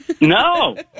No